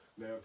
Now